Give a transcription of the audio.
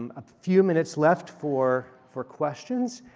um a few minutes left for for questions.